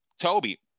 Toby